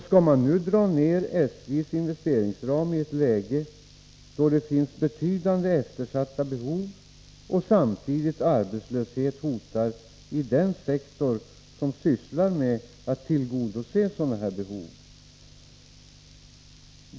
Skall man nu dra ned SJ:s investeringsram i ett läge då det finns betydande eftersatta behov och samtidigt arbetslöshet hotar i den sektor som sysslar med att tillgodose sådana behov?